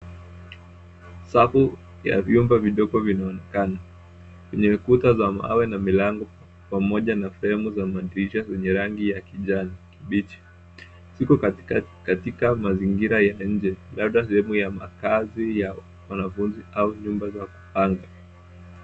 Safu ya vyumba vidogo vinaonekana vyenye kuta za mawe na milango pamoja na fremu za madirisha zenye rangi ya kijani kibichi. Ziko katika mazingira ya nje labda sehemu ya makazi ya wanafunzi au nyumba za kupanga.